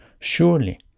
surely